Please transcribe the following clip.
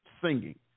singing